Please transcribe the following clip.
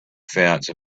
fence